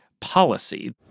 policy